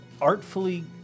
artfully